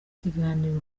ikiganiro